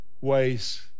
ways